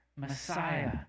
Messiah